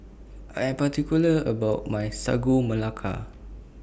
I Am particular about My Sagu Melaka